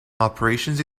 operations